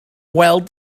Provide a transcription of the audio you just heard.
weld